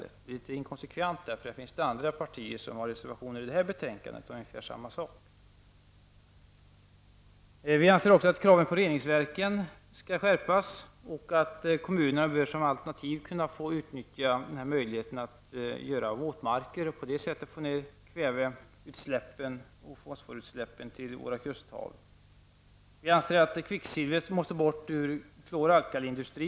Det blir litet inkonsekvent, för det finns andra partier som har reservationer till det här betänkandet om ungefär samma sak. Vi anser också att kraven på reningsverken skall skärpas och att kommunerna som alternativ skall kunna få utnyttja möjligheten att göra våtmarker och på det sättet få ned kväve och fosforutsläppen till våra kusthav. Vi anser att kvicksilvret måste bort ur klor-alkaliindustrin.